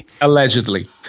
allegedly